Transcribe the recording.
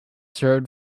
served